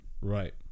right